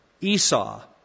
Esau